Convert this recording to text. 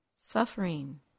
Suffering